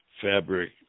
fabric